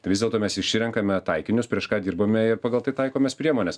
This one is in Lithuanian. tai vis dėlto mes išrenkame taikinius prieš ką dirbame ir pagal tai taikomės priemones